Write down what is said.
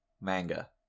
manga